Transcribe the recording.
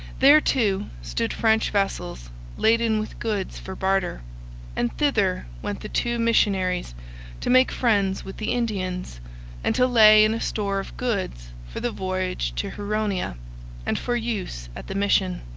there, too, stood french vessels laden with goods for barter and thither went the two missionaries to make friends with the indians and to lay in a store of goods for the voyage to huronia and for use at the mission.